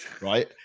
right